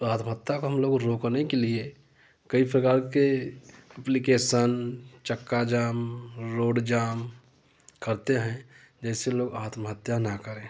तो आत्महत्या को हम लोग रोकने के लिए कई प्रकार के अप्लिकेसन चक्का जाम रोड जाम करते हैं जैसे लोग आत्महत्या न करें